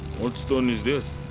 what stone is this?